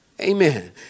Amen